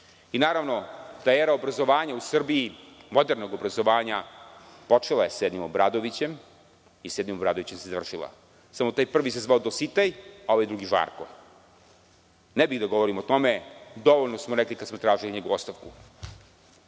Srbiji. Naravno, ta era obrazovanja u Srbiji, modernog obrazovanja, počela je sa jednim Obradovićem i sa jednim Obradovićem se završila. Samo taj prvi se zvao Dositej, a ovaj drugi Žarko. Ne bih da govorim o tome, dovoljno smo rekli kad smo tražili njegovu ostavku.